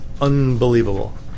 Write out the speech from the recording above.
unbelievable